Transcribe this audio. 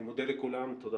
אני מודה לכולם, תודה